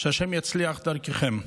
שהשם יצליח דרככם.